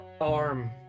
arm